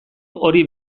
hori